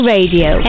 Radio